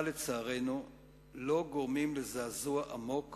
אבל לצערנו הם לא גורמים לזעזוע עמוק